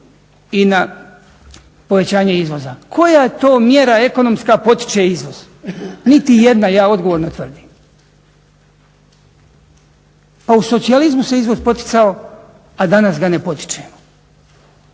i na povećanje izvoza. Koja to mjera ekonomska potiče izvoz? Niti jedna ja odgovorno tvrdim. Pa u socijalizmu se izvoz poticao, a danas ga ne potičemo.